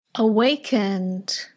awakened